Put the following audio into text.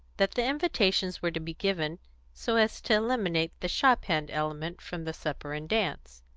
that the invitations were to be given so as to eliminate the shop-hand element from the supper and dance.